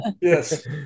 Yes